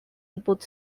input